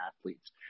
athletes